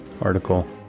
article